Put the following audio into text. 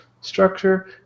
structure